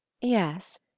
Yes